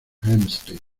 hempstead